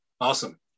awesome